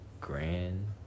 grand